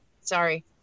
Sorry